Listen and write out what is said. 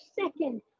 second